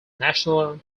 national